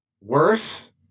Worse